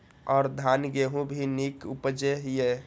और धान गेहूँ भी निक उपजे ईय?